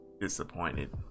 disappointed